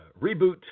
reboot